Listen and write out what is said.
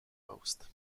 most